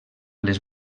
les